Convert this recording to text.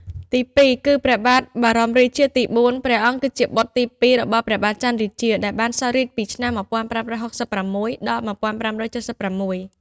ទីពីរគឺ ព្រះបាទបរមរាជាទី៤ ព្រះអង្គគឺជាបុត្រទី២ របស់ព្រះបាទចន្ទរាជា ដែលបានសោយរាជ្យពីឆ្នាំ ១៥៦៦ ដល់ ១៥៧៦។